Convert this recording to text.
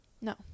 No